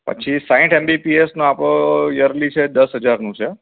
પછી સાહેઠ એમ્બી પીએસનો આપળો યરલી છે દસ હજારનું છે